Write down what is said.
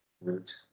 root